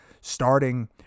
starting